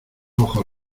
ojos